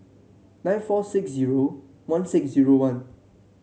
nine four six zero one six zero one